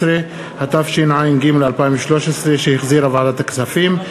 13), התשע"ג 2013, שהחזירה ועדת הכספים,